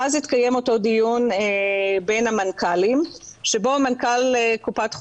ואז התקיים אותו דיון בין המנכ"לים שבו מנכ"ל קופ"ח